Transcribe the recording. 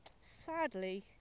sadly